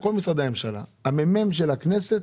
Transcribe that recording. המ.מ.מ של הכנסת